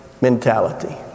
mentality